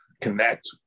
connect